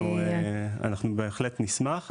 אנחנו בהחלט נשמח.